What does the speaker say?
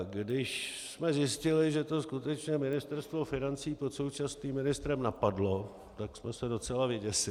Když jsme zjistili, že to skutečně Ministerstvo financí pod současným ministrem napadlo, tak jsme se docela vyděsili.